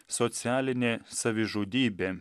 socialinė savižudybė